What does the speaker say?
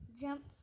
jump